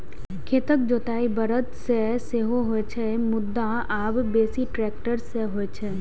खेतक जोताइ बरद सं सेहो होइ छै, मुदा आब बेसी ट्रैक्टर सं होइ छै